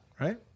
right